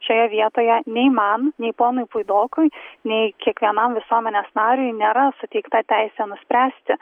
šioje vietoje nei man nei ponui puidokui nei kiekvienam visuomenės nariui nėra suteikta teisė nuspręsti